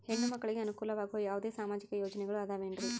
ಹೆಣ್ಣು ಮಕ್ಕಳಿಗೆ ಅನುಕೂಲವಾಗುವ ಯಾವುದೇ ಸಾಮಾಜಿಕ ಯೋಜನೆಗಳು ಅದವೇನ್ರಿ?